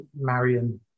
Marian